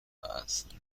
است